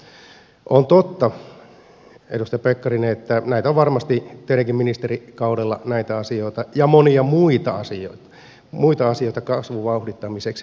on totta edustaja pekkarinen että varmasti teidänkin ministerikaudellanne on näitä asioita ja monia muita asioita kasvun vauhdittamiseksi mietitty